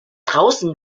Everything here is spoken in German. draußen